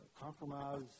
Compromise